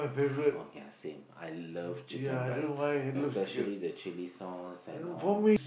okay I same I love chicken-rice especially the chilli sauce and all